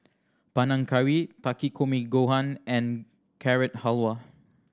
Panang Curry Takikomi Gohan and Carrot Halwa